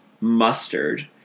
mustard